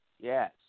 Yes